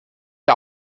der